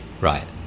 right